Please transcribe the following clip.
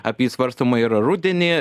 apie jį svarstoma yra rudenį